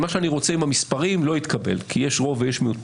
מה שאני רוצה עם המספרים לא התקבל כי יש רוב ויש מיעוט,